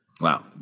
Wow